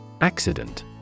Accident